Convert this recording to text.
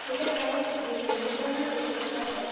ঠিক আছে আমি বুধবার না হয়বৃহস্পতিবার যাবো